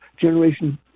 generation